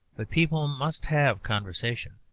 but people must have conversation,